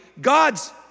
God's